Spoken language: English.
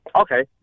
Okay